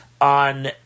on